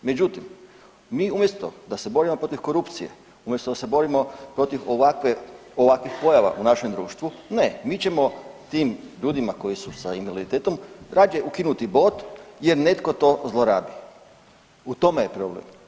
Međutim, mi umjesto da se borimo protiv korupcije, umjesto da se borimo protiv ovakvih pojava u našem društvu, ne, mi ćemo tim ljudima koji su sa invaliditetom radije ukinuti bod jer netko to zlorabi, u tome je problem.